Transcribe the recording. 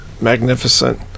magnificent